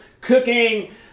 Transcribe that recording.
cooking